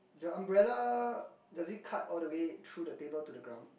the umbrella does it cut all the way through the table to the ground